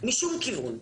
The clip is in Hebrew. משום כיוון,